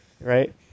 right